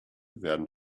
werden